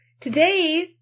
today